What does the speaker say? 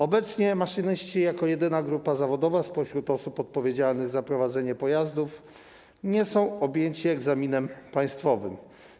Obecnie maszyniści, jako jedyna grupa zawodowa spośród osób odpowiedzialnych za prowadzenie pojazdów, nie są objęci egzaminem państwowym.